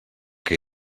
que